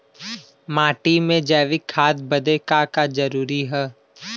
माटी में जैविक खाद बदे का का जरूरी ह?